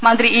മന്ത്രി ഇ